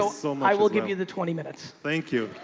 so so um i will give you the twenty minutes. thank you.